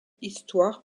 histoires